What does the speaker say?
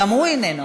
גם הוא איננו.